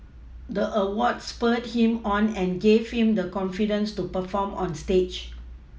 the award spurred him on and gave him the confidence to perform on stage